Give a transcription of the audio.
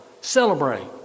Celebrate